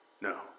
No